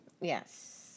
Yes